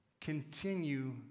continue